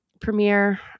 premiere